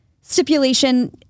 stipulation